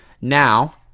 Now